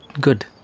good